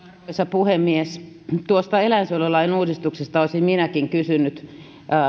puhemies tuosta eläinsuojelulain uudistuksesta olisin minäkin kysynyt